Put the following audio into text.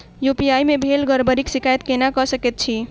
UPI मे भेल गड़बड़ीक शिकायत केना कऽ सकैत छी?